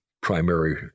primary